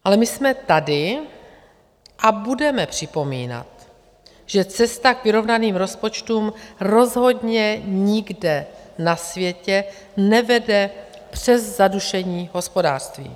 Ale my jsme tady a budeme připomínat, že cesta k vyrovnaným rozpočtům rozhodně nikde na světě nevede přes zadušení hospodářství.